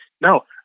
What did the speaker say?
No